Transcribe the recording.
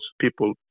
people